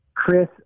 Chris